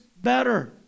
better